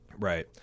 Right